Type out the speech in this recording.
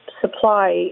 supply